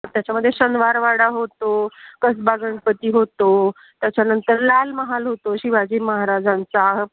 त्याच्यामध्ये शनिवारवाडा होतो कसबा गणपती होतो त्याच्यानंतर लाल महाल होतो शिवाजी महाराजांचा